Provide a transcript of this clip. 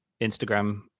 Instagram